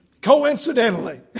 Coincidentally